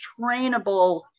trainable